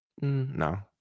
No